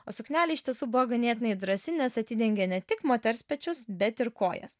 o suknelė iš tiesų buvo ganėtinai drąsi nes atidengė ne tik moters pečius bet ir kojas